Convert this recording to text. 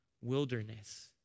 wilderness